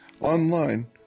online